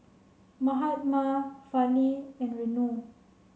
Mahatma Fali and Renu